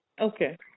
Okay